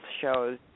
shows